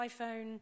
iPhone